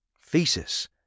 Thesis